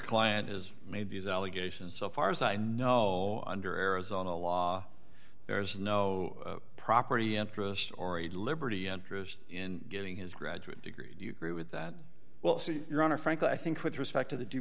client is made these allegations so far as i know under arizona law there is no property interest or a liberty interest in getting his graduate degree do you agree with that well your honor frankly i think with respect to the